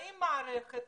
האם המערכת